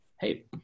hey